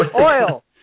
Oil